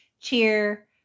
cheer